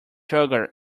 sugar